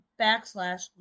backslash